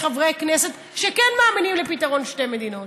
היו חברי כנסת אחרים שמחאו כפיים,